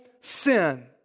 sin